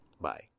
Bye